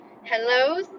Hello